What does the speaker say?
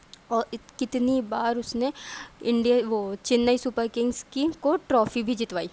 اور کتنی بار اس نے انڈین وہ چنئی سپر کنگ کی کو ٹرافی بھی جتوائی